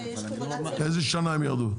איזה שנה הם ירדו?